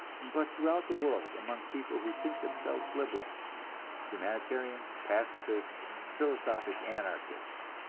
but throughout the world among people who think themselves liberal humanitarians, pacifists, philosophic anarchists.